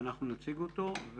ואנחנו נציג אותו.